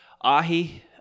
ahi